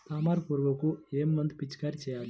తామర పురుగుకు ఏ మందు పిచికారీ చేయాలి?